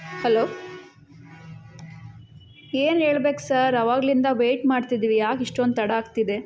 hello ಏನು ಹೇಳ್ಬೇಕ್ sir ಆವಾಗ್ಲಿಂದ ವೇಯ್ಟ್ ಮಾಡ್ತಿದೀವಿ ಯಾಕೆ ಇಷ್ಟೊಂದು ತಡ ಆಗ್ತಿದೆ